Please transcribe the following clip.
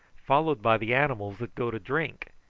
followed by the animals that go to drink,